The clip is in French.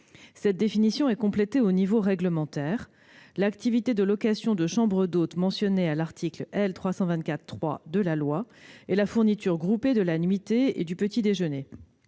Cette définition est complétée au niveau réglementaire :« L'activité de location de chambres d'hôtes mentionnée à l'article L. 324-3 est la fourniture groupée de la nuitée et du petit-déjeuner.